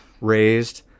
raised